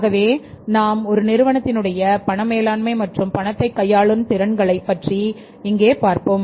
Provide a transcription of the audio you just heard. ஆகவே நாம் ஒரு நிறுவனத்தின் உடைய பணம் மேலாண்மை மற்றும் பணத்தை கையாளும் திறன்களைப் பற்றி இங்கே பார்த்தோம்